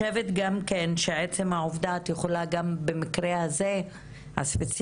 גם להתלונן על מקרה קלאסי של הטרדה מינית.